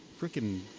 freaking